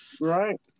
right